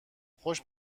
خوش